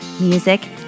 music